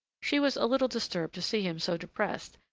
she was a little disturbed to see him so depressed,